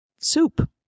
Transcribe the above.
soup